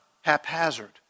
haphazard